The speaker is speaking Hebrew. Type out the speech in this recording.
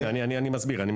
אני מסביר.